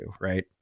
Right